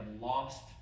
lost